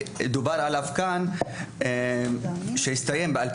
שהסתיים ב-2009,